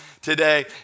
today